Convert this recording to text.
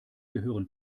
gehören